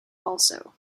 also